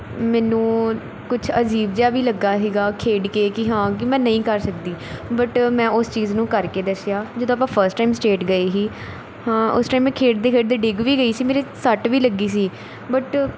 ਮੈਨੂੰ ਕੁਝ ਅਜੀਬ ਜਿਹਾ ਵੀ ਲੱਗਾ ਸੀਗਾ ਖੇਡ ਕੇ ਕਿ ਹਾਂ ਕਿ ਮੈਂ ਨਹੀਂ ਕਰ ਸਕਦੀ ਬਟ ਮੈਂ ਉਸ ਚੀਜ਼ ਨੂੰ ਕਰਕੇ ਦੱਸਿਆ ਜਦੋਂ ਆਪਾਂ ਫਸਟ ਟਾਈਮ ਸਟੇਟ ਗਏ ਸੀ ਹਾਂ ਉਸ ਟਾਈਮ ਮੈਂ ਖੇਡਦੇ ਖੇਡਦੇ ਡਿੱਗ ਵੀ ਗਈ ਸੀ ਮੇਰੇ ਸੱਟ ਵੀ ਲੱਗੀ ਸੀ ਬਟ